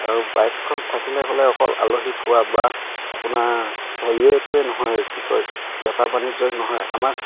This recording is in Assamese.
আৰু বাইকখন থাকিলে ক'লে অকল আলহী ফুৰা বা আপোনাৰ হেৰিয়েটোৱে নহয় কি কয় বেপাৰ বাণিজ্যই নহয় আমাক